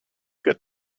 get